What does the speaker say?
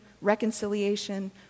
reconciliation